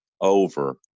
over